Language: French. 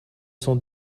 cent